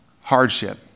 hardship